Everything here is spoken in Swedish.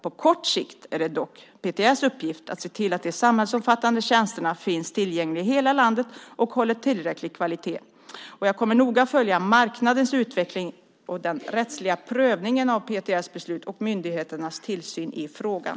På kort sikt är det dock Post och telestyrelsens uppgift att se till att de samhällsomfattande tjänsterna finns tillgängliga i hela landet och håller tillräcklig kvalitet. Jag kommer noga att följa marknadens utveckling, den rättsliga prövningen av Post och telestyrelsens beslut och myndighetens tillsynsarbete i frågan.